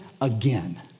again